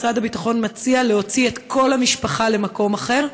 משרד הביטחון מציע להוציא את כל המשפחה למקום אחר?